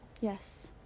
Yes